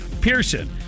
Pearson